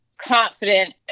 confident